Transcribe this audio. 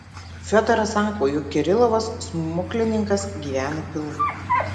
fiodoras sako jog kirilovas smuklininkas gyvena pilvui